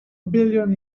billion